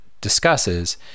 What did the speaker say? discusses